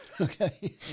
Okay